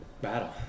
battle